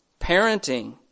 Parenting